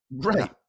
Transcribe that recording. right